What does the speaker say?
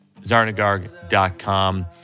zarnagarg.com